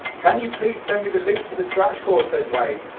can you please send me the link for the scratch course, says wayne,